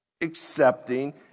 accepting